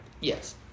Yes